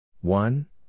one